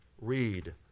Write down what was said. read